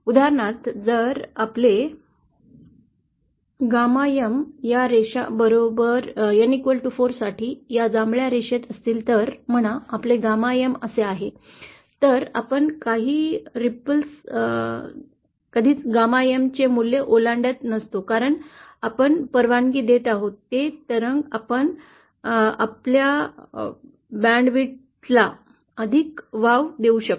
उदाहरणार्थ जर आपले γ M या रेषा बरोबर N 4 साठी या जांभळ्या रेषेत असतील तर म्हणा आपले γ M असे आहे तर आपण काही तरंग कधीच γ M चे मूल्य ओलांडत नसतो कारण आपण परवानगी देत आहोत हे तरंग आपण आपल्याबँड रूंदीला अधिक वाव देऊ शकतो